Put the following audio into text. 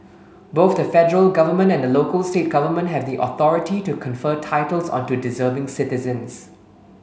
both the federal government and the local state government have the authority to confer titles onto deserving citizens